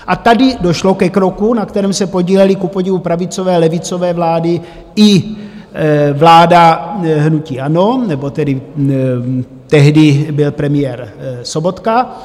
A tady došlo ke kroku, na kterém se podílely kupodivu pravicové i levicové vlády i vláda hnutí ANO, nebo tedy tehdy byl premiér Sobotka.